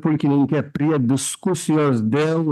pulkininke prie diskusijos dėl